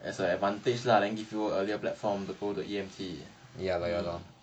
as an advantage lah then give you earlier platform to go to E_M_T